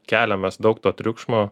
keliam mes daug to triukšmo